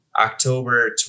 October